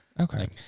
Okay